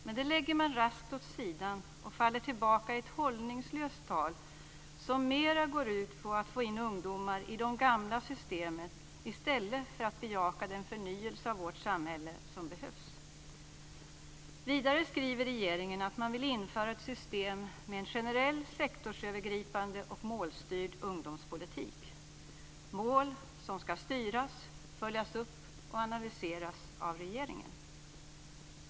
Men det lägger man raskt åt sidan och faller tillbaka i ett hållningslöst tal som går ut på att få in ungdomar i de gamla systemen i stället för att bejaka den förnyelse av vårt samhälle som behövs. Vidare skriver regeringen att man vill införa ett system med en generell, sektorsövergripande och målstyrd ungdomspolitik. Målen ska styras, följas upp och analyseras av regeringen.